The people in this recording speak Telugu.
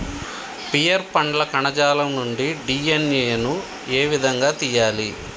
పియర్ పండ్ల కణజాలం నుండి డి.ఎన్.ఎ ను ఏ విధంగా తియ్యాలి?